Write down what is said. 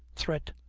threat,